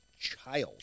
Child